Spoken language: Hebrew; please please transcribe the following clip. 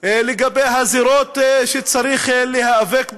לגבי הזירות שצריך להיאבק בהן,